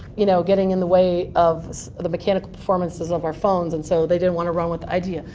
you know, getting in the way of the mechanical performances of our phones. and so they didn't want to run with the idea.